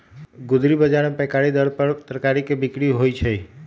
गुदरी बजार में पैकारी दर पर तरकारी के बिक्रि होइ छइ